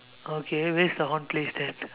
okay where is the horn placed then